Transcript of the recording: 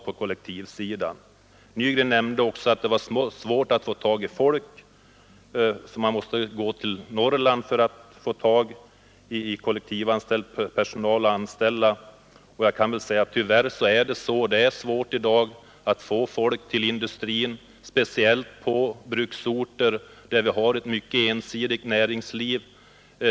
Herr Nygren nämnde också att företaget måste söka sig till Norrland för att få tag på kollektivanställd personal. Tyvärr är det så; det är svårt att få folk till industrin, speciellt till bruksorter med ett mycket ensidigt näringsliv.